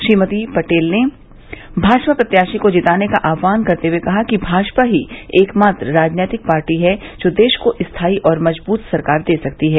श्रीमती पटेल ने भाजपा प्रत्याशी को जिताने का आहवान करते हुए कहा कि भाजपा ही एकमात्र राजनैतिक पार्टी है जो देश को स्थायी और मजबूत सरकार दे सकती है